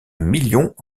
millions